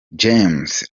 james